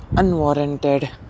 unwarranted